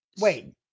Wait